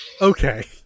okay